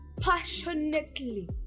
passionately